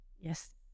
yes